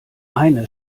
eine